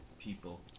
People